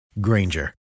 Granger